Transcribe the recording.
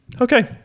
okay